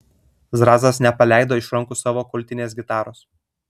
zrazas nepaleido iš rankų savo kultinės gitaros